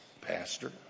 Pastor